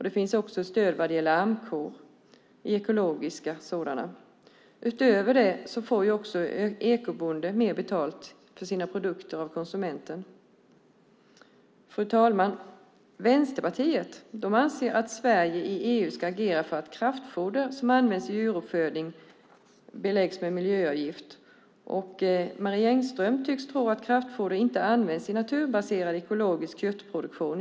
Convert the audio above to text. Det finns stöd vad gäller amkor, ekologiska sådana. Utöver det får ekobönder mer betalt för sina produkter av konsumenten. Fru talman! Vänsterpartiet anser att Sverige i EU ska agera för att kraftfoder som används i djuruppfödning beläggs med miljöavgift. Marie Engström tycks tro att kraftfoder inte används i naturbaserad ekologisk köttproduktion.